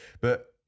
But-